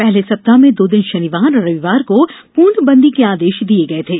पहले सप्ताह में दो दिन शनिवार और रविवार को पूर्णबंदी के आदेश दिये गये थे